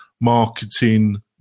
marketing